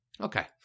Okay